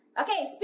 Okay